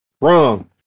Wrong